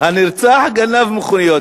"הנרצח גנב מכוניות",